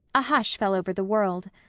a hush fell over the world.